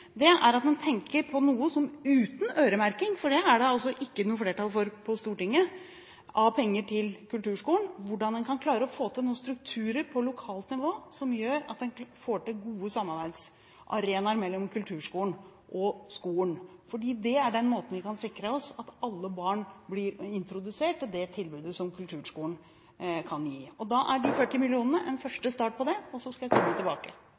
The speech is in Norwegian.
til, er at man tenker på penger uten øremerking – for det er det ikke noe flertall for på Stortinget – til kulturskolen, hvordan en kan klare å få til noen strukturer på lokalt nivå som gjør at en får til gode samarbeidsarenaer mellom kulturskolen og skolen. Det er på den måten vi kan sikre at alle barn blir introdusert til det tilbudet som kulturskolen kan gi. Da er 40 mill. kr en første start på det, og så skal jeg komme tilbake